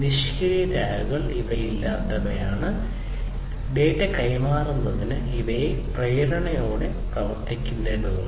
നിഷ്ക്രിയ ടാഗുകൾ ഇല്ലാത്തവയാണ് ഡാറ്റ കൈമാറുന്നതിന് ഇവയെ പ്രേരണയോടെ പ്രവർത്തിപ്പിക്കേണ്ടതുണ്ട്